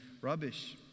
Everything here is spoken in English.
rubbish